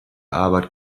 arbeit